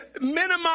minimize